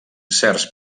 certs